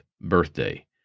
birthday